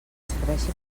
serveixi